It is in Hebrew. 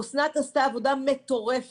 אסנת עשתה עבודה מטורפת